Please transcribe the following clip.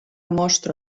mostra